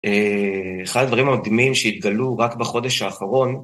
אחד הדברים המדהימים שהתגלו רק בחודש האחרון